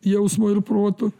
jausmu ir protu